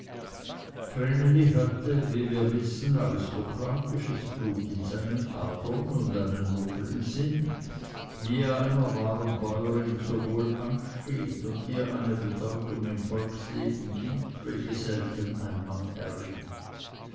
hatte wie wir wissen aristokratisches blut in seinen adern und einen nobeln sinn wie er einer wahren bäuerin so wohl ansteht und ihr eine bedeutung im volksleben gibt welche selten ein mann erringt